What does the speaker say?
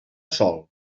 sol